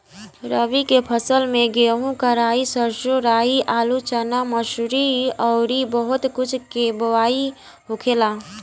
रबी के फसल में गेंहू, कराई, सरसों, राई, आलू, चना, मसूरी अउरी बहुत कुछ के बोआई होखेला